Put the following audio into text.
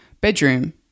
bedroom